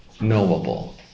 knowable